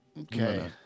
Okay